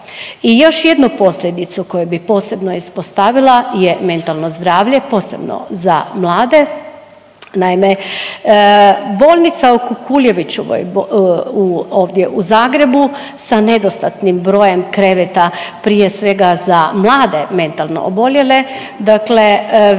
I još jednu posljedicu koju bih posebno ispostavila je mentalno zdravlje, posebno za mlade. Naime, bolnica u Kukuljevićevoj, ovdje u Zagrebu sa nedostatnim brojem kreveta, prije svega za mlade mentalno oboljele, dakle